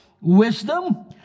wisdom